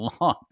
long